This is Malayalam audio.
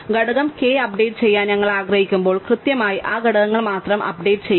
ഘടകം k അപ്ഡേറ്റ് ചെയ്യാൻ ഞങ്ങൾ ആഗ്രഹിക്കുമ്പോൾ ഞങ്ങൾ കൃത്യമായി ആ ഘടകങ്ങൾ മാത്രം അപ്ഡേറ്റ് ചെയ്യും